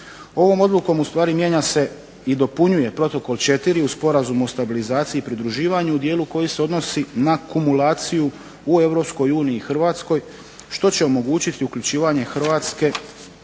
Ovom odlukom u stvari mijenja se i dopunjuje Protokol 4. u Sporazumu o stabilizaciji i pridruživanju u dijelu koji se odnosi na kumulaciju u Europskoj uniji i Hrvatskoj što će omogućiti uključivanje Hrvatske